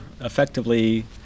effectively